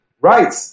Right